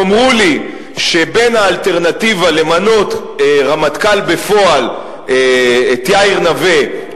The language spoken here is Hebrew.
תאמרו לי שבין האלטרנטיבה למנות כרמטכ"ל בפועל את יאיר נוה,